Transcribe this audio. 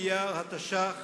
באייר התש"ח,